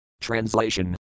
Translation